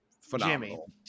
phenomenal